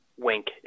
wink